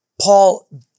Paul